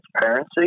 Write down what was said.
transparency